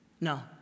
No